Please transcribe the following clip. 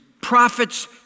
prophet's